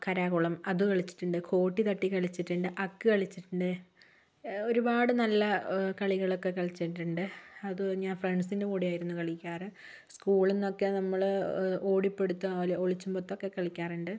കരാ കുളം അതു കളിച്ചിട്ടുണ്ട് കോട്ടി തട്ടി കളിച്ചിട്ടുണ്ട് അക്ക് കളിച്ചിട്ടുണ്ട് ഒരുപാട് നല്ല കളികളൊക്കെ കളിച്ചിട്ടുണ്ട് അതും ഞാൻ ഫ്രണ്ട്സിൻ്റെ കൂടെയായിരുന്നു കളിക്കാറ് സ്കൂളിൽ നിന്നൊക്കെ നമ്മൾ ഓടിപ്പിടുത്തം അല്ലെങ്കിൽ ഒളിച്ചുംപൊത്തൊക്കെ കളിക്കാറുണ്ട്